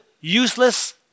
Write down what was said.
useless